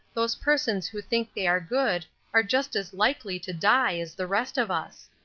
those persons who think they are good are just as likely to die as the rest of us.